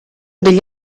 degli